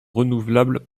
renouvelables